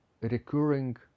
recurring